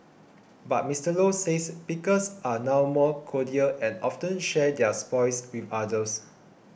but Mister Low says pickers are now more cordial and often share their spoils with others